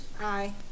Aye